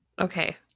Okay